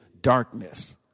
darkness